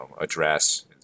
address